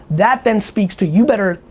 that then speaks to. you better,